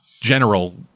general